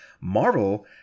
Marvel